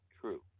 true